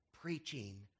preaching